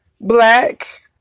black